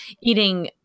eating